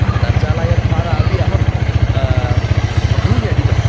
अन्तर्जालायद्वारा अपि अहं बहूनि अधीतम्